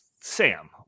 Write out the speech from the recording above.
Sam